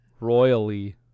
royally